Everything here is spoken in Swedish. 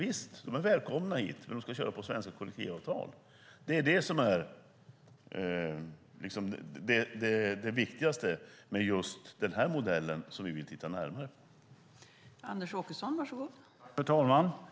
Visst, de är välkomna hit, men de ska köra enligt svenska kollektivavtal. Det är det som är det viktigaste med just den modell som vi vill titta närmare på.